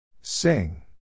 Sing